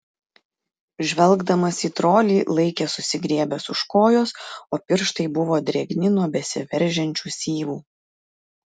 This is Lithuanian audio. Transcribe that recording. žvelgdamas į trolį laikė susigriebęs už kojos o pirštai buvo drėgni nuo besiveržiančių syvų